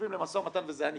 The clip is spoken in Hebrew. יושבים למשא ומתן וזה היה נפתר.